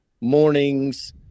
mornings